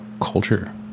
culture